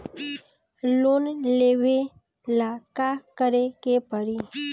Loan लेबे ला का करे के पड़ी?